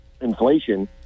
inflation